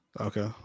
Okay